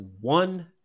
one